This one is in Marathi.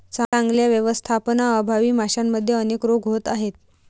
चांगल्या व्यवस्थापनाअभावी माशांमध्ये अनेक रोग होत आहेत